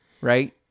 right